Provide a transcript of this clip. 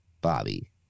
Bobby